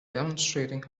demonstrating